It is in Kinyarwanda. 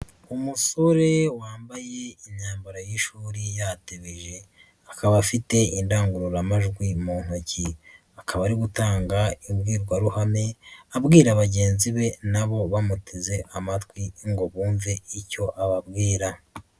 Umusore wambaye imyambaro y'ishuri yatebeje akaba afite indangururamajwi mu ntoki, akaba ari gutanga imbwirwaruhame abwira bagenzi be nabo bamuteze amatwi ngo bumve icyo ababwira.